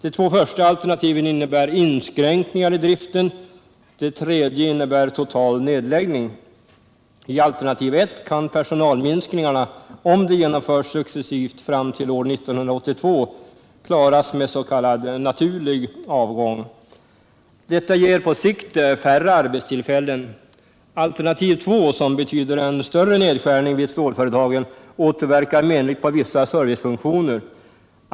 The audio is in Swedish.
De två första alternativen innebär inskränkningar i driften, det tredje innebär total nedläggning. I alternativ I kan personalminskningarna, om de genomförs successivt fram till år 1982, klaras med s.k. naturlig avgång. Detta ger på sikt färre arbetstillfällen. Alternativ 2, som betyder en större nedskärning vid stålföretagen, återverkar menligt på vissa servicefunktioner.